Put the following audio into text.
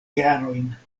jarojn